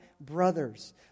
brothers